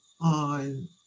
on